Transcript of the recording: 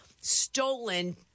stolen